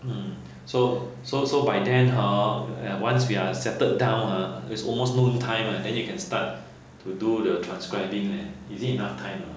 hmm so so so by then hor eh once we are settled down ha it's almost noon time eh and then you can start to do the transcribing leh is it enough time